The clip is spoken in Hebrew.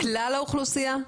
לכלל האוכלוסייה.